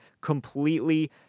completely